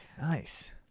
Nice